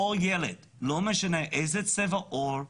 כל ילד, לא משנה באיזה צבע עור,